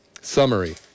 Summary